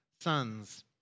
sons